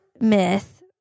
myth